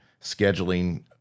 scheduling